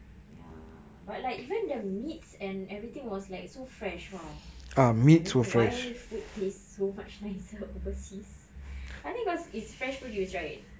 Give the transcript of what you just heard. ya but like even the meats and everything was like so fresh !wow! I don't know why food tastes so much nicer overseas I think cause it's fresh produced right